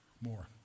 more